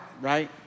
Right